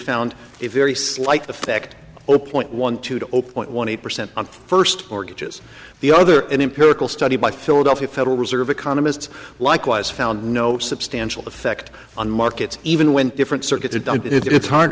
found a very slight effect oh point one two two zero point one eight percent on first mortgage is the other empirical study by philadelphia federal reserve economists likewise found no substantial effect on markets even when different circuits are done it it's hard